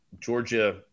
Georgia